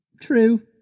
True